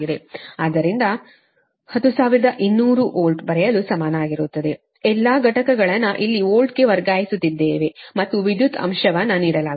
ಆದ್ದರಿಂದ 10200 ವೋಲ್ಟ್ ಬರೆಯಲು ಸಮನಾಗಿರುತ್ತದೆ ಎಲ್ಲಾ ಘಟಕಗಳನ್ನು ಇಲ್ಲಿ ವೋಲ್ಟ್ಗೆ ವರ್ಗಾಯಿಸುತ್ತಿದ್ದೇವೆ ಮತ್ತು ವಿದ್ಯುತ್ ಅಂಶವನ್ನು ನೀಡಲಾಗುತ್ತದೆ